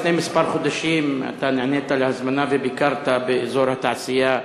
לפני חודשים מספר נענית להזמנה וביקרת באזור התעשייה בטייבה,